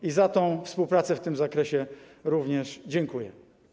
I za współpracę w tym zakresie również dziękuję.